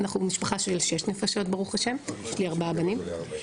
אנחנו משפחה של שש נפשות ברוך השם יש לי ארבעה בנים.